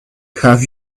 have